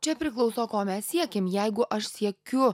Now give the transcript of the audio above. čia priklauso ko mes siekiam jeigu aš siekiu